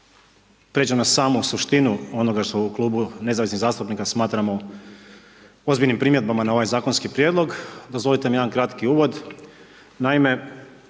pređem na samu suštinu onoga što u Klubu nezavisnih zastupnika smatramo ozbiljnim primjedbama na ovaj zakonski prijedlog, dozvolite mi jedan kratki uvod.